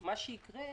מה שיקרה,